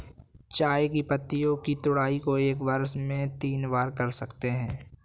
चाय की पत्तियों की तुड़ाई को एक वर्ष में तीन बार कर सकते है